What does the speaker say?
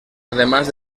además